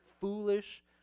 foolish